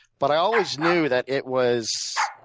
but i always knew that it was